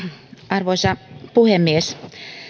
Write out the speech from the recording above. arvoisa puhemies